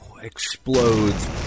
explodes